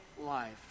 life